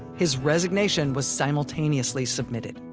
his resignation was simultaneously submitted.